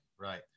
Right